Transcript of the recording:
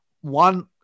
one